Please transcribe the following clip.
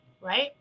right